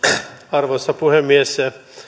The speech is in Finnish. arvoisa puhemies